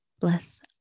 bless